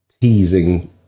teasing